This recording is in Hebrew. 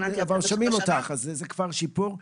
אבל שומעים אותך, זה כבר שיפור.